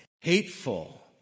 hateful